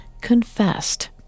confessed